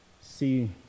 see